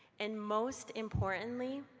and most importantly,